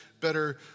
better